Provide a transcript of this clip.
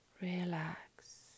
relax